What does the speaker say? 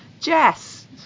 Jess